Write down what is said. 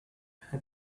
had